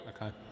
Okay